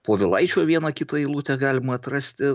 povilaičio vieną kitą eilutę galima atrasti